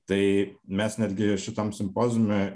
tai mes netgi šitam simpoziume